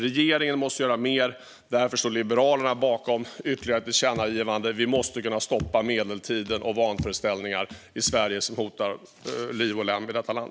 Regeringen måste göra mer. Därför står Liberalerna bakom ytterligare ett tillkännagivande. Vi måste kunna stoppa medeltiden och vanföreställningar i Sverige som hotar liv och lem i detta land.